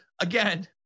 again